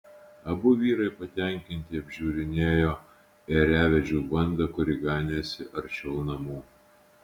abu vyrai patenkinti apžiūrinėjo ėriavedžių bandą kuri ganėsi arčiau namų